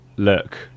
look